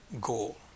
goal